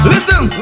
Listen